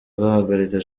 zahagaritse